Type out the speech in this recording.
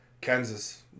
Kansas